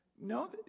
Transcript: no